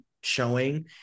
showing